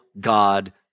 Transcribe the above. God